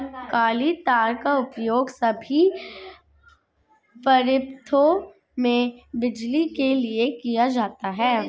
काली तार का उपयोग सभी परिपथों में बिजली के लिए किया जाता है